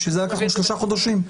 בשביל זה לקחנו שלושה חודשים.